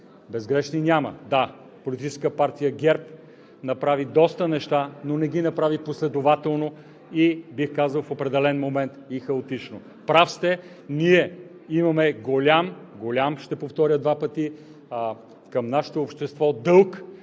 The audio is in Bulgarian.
безгрешни няма. Да, Политическа партия ГЕРБ направи доста неща, но не ги направи последователно, бих казал – в определен момент, а хаотично. Прав сте, ние имаме – ще повтаря два пъти – голям, голям дълг